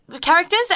characters